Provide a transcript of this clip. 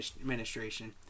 administration